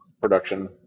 production